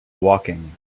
woking